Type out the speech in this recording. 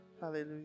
Hallelujah